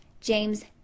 James